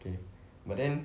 okay but then